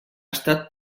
estat